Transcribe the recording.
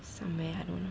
somewhere I don't know